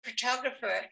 photographer